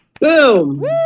Boom